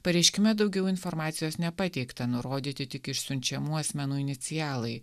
pareiškime daugiau informacijos nepateikta nurodyti tik išsiunčiamų asmenų inicialai